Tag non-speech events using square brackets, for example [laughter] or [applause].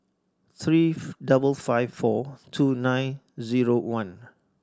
three [unintelligible] double five four two nine zero one